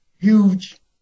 huge